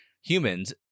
humans